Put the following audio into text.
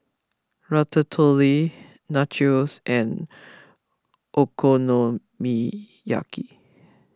Ratatouille Nachos and Okonomiyaki